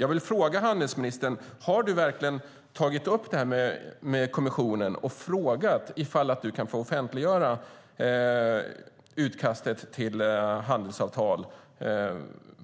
Har du, Ewa Björling, tagit upp detta med kommissionen och frågat om du kan få offentliggöra utkastet till handelsavtal